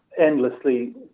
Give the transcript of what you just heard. endlessly